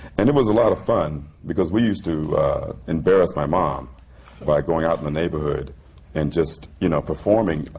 and it was a lot of fun, because we used to embarrass my mom by going out in the neighborhood and just, you know, performing,